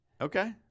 Okay